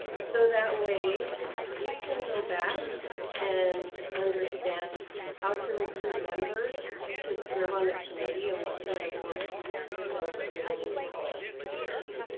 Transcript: so that way you can go back and understand how to recruit members to serve on the committee and what kind of work they will need to help us to achieve.